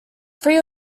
three